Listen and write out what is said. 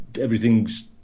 everything's